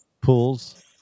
Pools